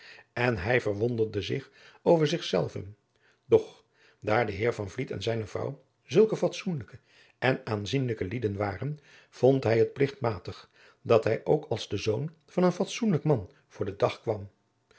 en hij verwonderde zich over zich zeladriaan loosjes pzn het leven van maurits lijnslager ven doch daar de heer van vliet en zijne vrouw zulke fatsoenlijke en aanzienlijke lieden waren vond hij het pligtmatig dat hij ook als de zoon van een fatsoenlijk man voor den dag kwam